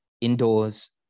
indoors